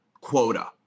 quota